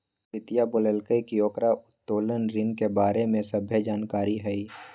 प्रीतिया बोललकई कि ओकरा उत्तोलन ऋण के बारे में सभ्भे जानकारी हई